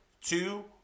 two